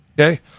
okay